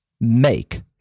make